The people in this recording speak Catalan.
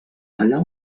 allà